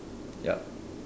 yup